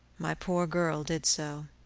my poor girl did so.